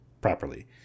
properly